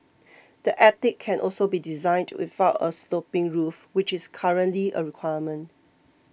the attic can also be designed without a sloping roof which is currently a requirement